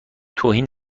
توهین